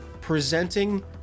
presenting